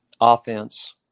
offense